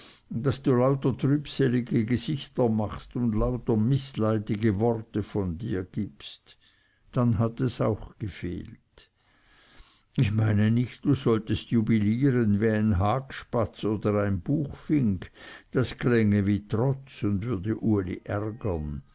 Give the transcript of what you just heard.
daß du lauter trübselige gesichter machst und lauter maßleidige worte von dir gibst dann hat es auch gefehlt ich meine nicht du sollest jubilieren wie ein hagspatz oder ein buchfink das klänge wie trotz und würde uli ärgern